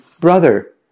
Brother